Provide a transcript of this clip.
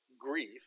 grief